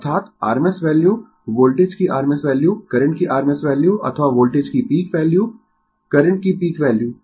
अर्थात rms value voltage की rms value current की rms वैल्यू अथवा वोल्टेज की पीक वैल्यू करंट की पीक वैल्यू